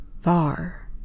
far